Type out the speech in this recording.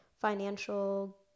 financial